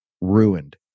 ruined